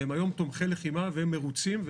והם היום תומכי לחימה והם מרוצים.